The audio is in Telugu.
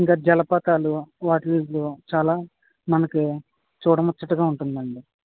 ఇంకా జలపాతాలు వాటి చాలా మనకి చూడముచ్చటగా ఉంటుంది అండి